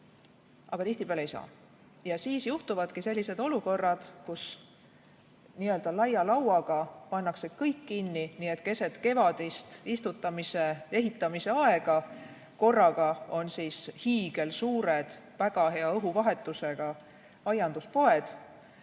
Aga tihtipeale ei saa. Ja siis juhtuvadki sellised olukorrad, kus n-ö laia lauaga pannakse kõik kinni, nii et keset kevadist istutamise-ehitamise aega on korraga hiigelsuured, väga hea õhuvahetusega aianduspoed